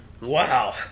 Wow